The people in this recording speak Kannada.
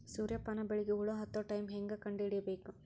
ಸೂರ್ಯ ಪಾನ ಬೆಳಿಗ ಹುಳ ಹತ್ತೊ ಟೈಮ ಹೇಂಗ ಕಂಡ ಹಿಡಿಯಬೇಕು?